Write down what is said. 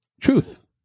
truth